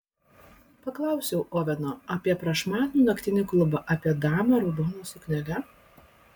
paklausiau oveno apie prašmatnų naktinį klubą apie damą raudona suknele